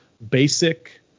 basic